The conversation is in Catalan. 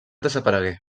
desaparegué